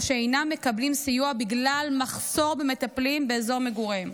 או שאינם מקבלים סיוע בגלל מחסור במטפלים באזור מגוריהם.